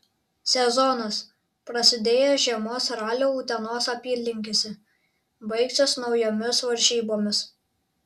sezonas prasidėjęs žiemos raliu utenos apylinkėse baigsis naujomis varžybomis